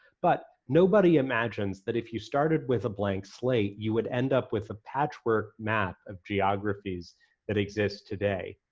but nobody imagines that if you started with a blank slate you would end up with a patchwork map of geographies that exist today.